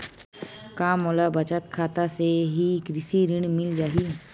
का मोला बचत खाता से ही कृषि ऋण मिल जाहि?